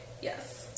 Yes